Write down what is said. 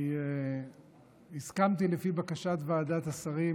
אני הסכמתי, לפי בקשת ועדת השרים